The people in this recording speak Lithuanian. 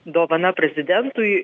dovana prezidentui